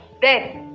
death